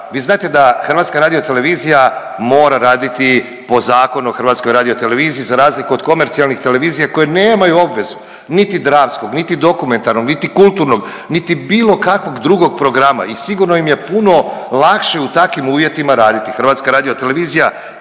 Vi znate da HRT mora raditi po Zakonu o HRT-u za razliku od komercijalnih televizija koje nemaju obvezu niti dramskog, niti dokumentarnog, niti kulturnog, niti bilo kakvog drugog programa i sigurno im je puno lakše u takvim uvjetima raditi, HRT ima te obveze i ona